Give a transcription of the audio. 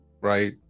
right